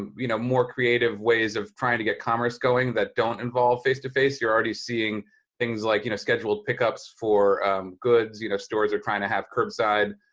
you know, more creative ways of trying to get commerce going that don't involve face-to-face. you're already seeing things like, you know, scheduled pickups for goods. you know, stores are trying to have curbside,